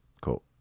Cool